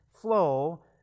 flow